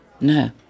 No